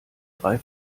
drei